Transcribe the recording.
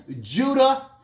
Judah